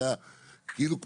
כמו מקדמות.